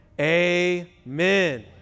amen